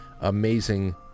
amazing